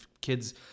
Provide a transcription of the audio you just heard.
kids